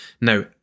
Now